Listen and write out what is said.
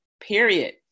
period